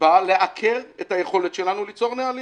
באה לעקר את היכולת שלנו ליצור נהלים.